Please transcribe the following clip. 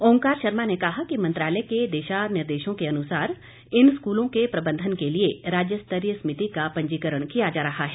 ओंकार शर्मा ने कहा कि मंत्रालय के दिशा निर्देशों के अनुसार इन स्कूलों के प्रबंधन के लिए राज्य स्तरीय समिति का पंजीकरण किया जा रहा है